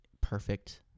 perfect